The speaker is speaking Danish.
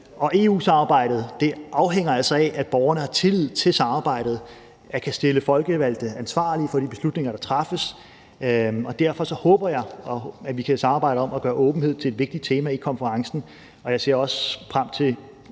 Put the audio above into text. EU-samarbejdet afhænger altså af, at borgeren har tillid til samarbejdet, og at de kan stille folkevalgte til ansvar for de beslutninger, der træffes. Derfor håber jeg, at vi kan samarbejde om at gøre åbenhed til et vigtigt tema i konferencen, og jeg ser også frem til